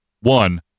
one